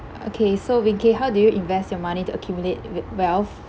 okay so wing kee how do you invest your money to accumulate we~ wealth